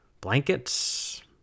blankets